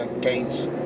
gains